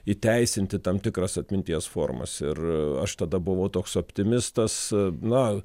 įteisinti tam tikras atminties formas ir aš tada buvau toks optimistas na